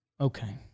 Okay